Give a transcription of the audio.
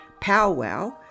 powwow